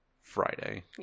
Friday